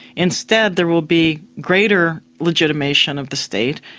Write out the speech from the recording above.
instead there will be greater legitimation of the state,